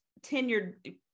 tenured